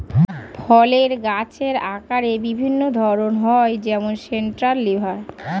ফলের গাছের আকারের বিভিন্ন ধরন হয় যেমন সেন্ট্রাল লিডার